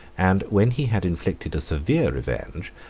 and when he had inflicted a severe revenge,